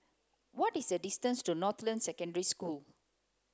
what is the distance to Northland Secondary School